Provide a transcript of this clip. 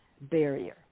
barrier